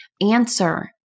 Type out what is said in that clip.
answer